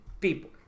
People